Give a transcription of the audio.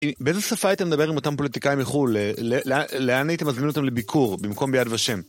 באיזה שפה הייתם מדבר עם אותם פוליטיקאים מחול, לאן הייתם מזמינים אותם לביקור במקום ביד ושם?